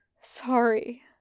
sorry